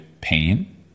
pain